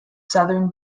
southern